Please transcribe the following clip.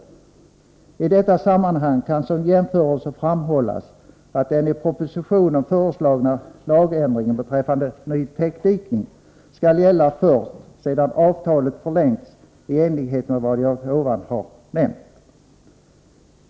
I detta sammanhang kan som jämförelse framhållas att den i propositionen föreslagna lagändringen beträffande ny täckdikning skall gälla först sedan avtalet förlängts i enlighet med vad jag tidigare nämnde. Av principiella skäl bör enligt vår mening detsamma gälla också för bestämmelserna om överlåtelserätt, särskilt som införande av överlåtelserätt ändrar förutsättningarna för gällande arrendeavtal. Herr talman!